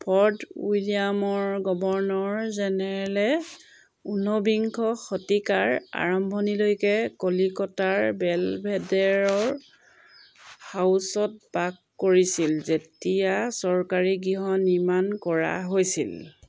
fort উইলিয়ামৰ governor জেনেৰেলে ঊনবিংশ শতিকাৰ আৰম্ভণিলৈকে কলিকতাৰ বেলভেডেৰ হাউচত বাস কৰিছিল যেতিয়া চৰকাৰী গৃহ নিৰ্মাণ কৰা হৈছিল